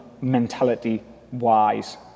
mentality-wise